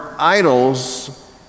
idols